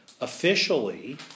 officially